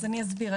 אני אסביר.